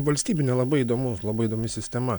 valstybinė labai įdomu labai įdomi sistema